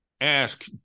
ask